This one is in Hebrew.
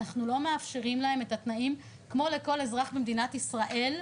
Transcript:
אנחנו לא מאפשרים להם את התנאים כמו לכל אזרח במדינת ישראל,